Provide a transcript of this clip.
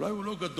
אולי הוא לא גדול,